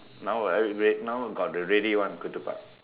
now I re~ now got the ready one ketupat